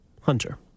Hunter